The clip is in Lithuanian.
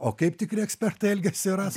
o kaip tikri ekspertai elgiasi rasa